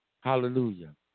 hallelujah